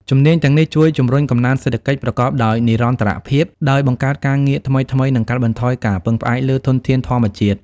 ជំនាញទាំងនេះជួយជំរុញកំណើនសេដ្ឋកិច្ចប្រកបដោយនិរន្តរភាព ដោយបង្កើតការងារថ្មីៗ និងកាត់បន្ថយការពឹងផ្អែកលើធនធានធម្មជាតិ។